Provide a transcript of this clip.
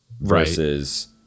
versus